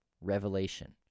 revelation